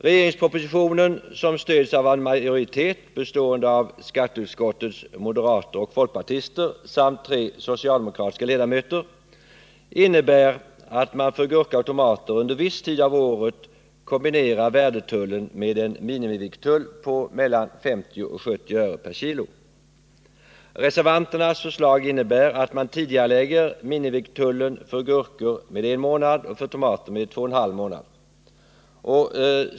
Regeringspropositionen, som stöds av en majoritet bestående av skatteutskottets moderater och folkpartister samt tre socialdemokratiska ledamöter, innebär att man för gurka och tomater under viss tid av året kombinerar värdetullen med en minimivikttull på mellan 50 och 70 öre per kilo. Reservanternas förslag innebär att man tidigarelägger minimivikttullen för gurkor med en månad och för tomater med två och en halv månader.